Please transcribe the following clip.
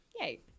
Yay